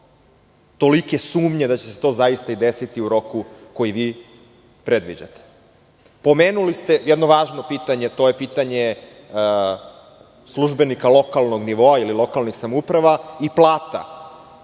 tolike sumnje da će se to zaista i desiti u roku koji vi predviđate. Pomenuli ste jedno važno pitanje, a to je pitanje službenika lokalnog nivoa ili lokalnih samouprava i plata